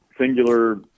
singular